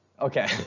Okay